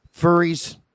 Furries